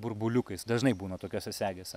burbuliukais dažnai būna tokiose segėse